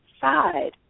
side